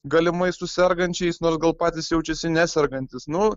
galimai su sergančiais nors gal patys jaučiasi nesergantys nu